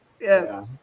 yes